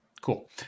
cool